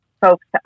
folks